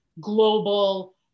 global